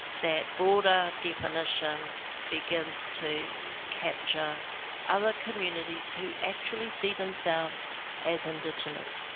that broader definition begins to capture other communities who actually see themselves as indigenous.